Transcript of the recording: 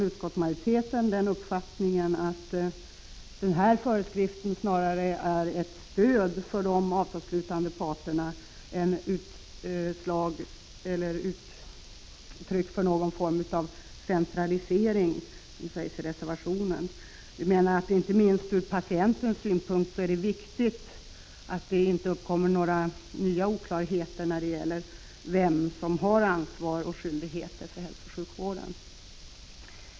Utskottsmajoriteten har emellertid uppfattningen att den här föreskriften snarare är ett stöd för de avtalsslutande parterna än ett uttryck för någon form av centralisering, som det står i reservationen. Inte minst ur patientens synpunkt är det viktigt att det inte uppkommer några nya oklarheter när det gäller vem som har ansvar och skyldighet för hälsooch sjukvården.